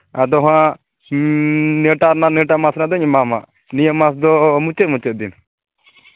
ᱟᱫᱚ ᱦᱟᱸᱜ ᱱᱤᱭᱟᱹᱴᱟᱜ ᱨᱮᱱᱟᱜ ᱱᱤᱭᱟᱹᱴᱟᱜ ᱢᱟᱥ ᱨᱮᱱᱟᱜ ᱫᱚᱧ ᱮᱢᱟᱢᱟ ᱱᱤᱭᱟᱹ ᱢᱟᱥᱫᱚ ᱢᱩᱪᱟᱹᱫ ᱢᱩᱪᱟᱹᱫ ᱫᱤᱱ